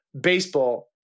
baseball